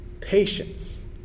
patience